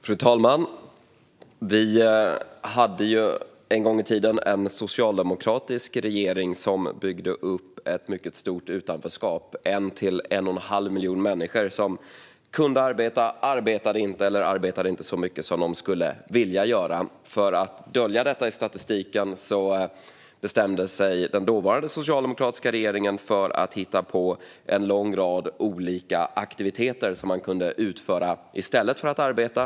Fru talman! Vi hade en gång i tiden en socialdemokratisk regering som byggde upp ett mycket stort utanförskap; 1-1 1⁄2 miljon människor som kunde arbeta arbetade inte eller arbetade inte så mycket som de skulle vilja göra. För att dölja detta i statistiken bestämde sig den dåvarande socialdemokratiska regeringen för att hitta på en lång rad olika aktiviteter som man kunde utföra i stället för att arbeta.